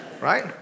Right